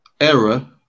error